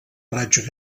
raigs